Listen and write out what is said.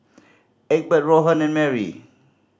Egbert Rohan and Marry